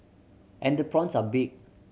and the prawns are big